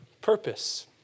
purpose